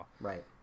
Right